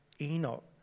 Enoch